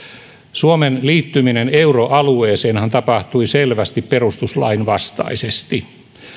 suomen liittyminen euroalueeseenhan tapahtui selvästi perustuslain vastaisesti